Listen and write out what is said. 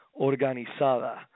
organizada